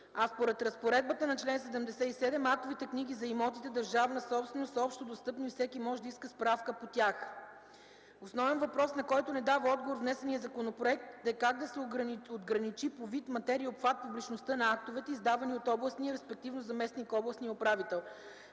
а според разпоредбата на чл. 77 актовите книги за имотите държавна собственост са общодостъпни и всеки може да иска справка по тях. Основен въпрос, на който внесеният законопроект не дава отговор, е как да се отграничи по вид, материя и обхват публичността на актовете, издавани от областния, респективно заместник-областния управител.